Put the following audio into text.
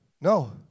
No